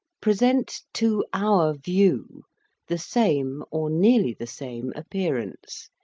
present to our view the same, or nearly the same, appearance,